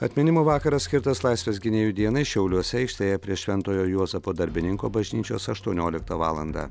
atminimo vakaras skirtas laisvės gynėjų dienai šiauliuose aikštėje prie šventojo juozapo darbininko bažnyčios aštuonioliktą valandą